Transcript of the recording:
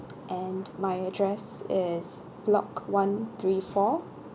and my address is block one three four